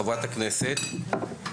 חברת הכנסת,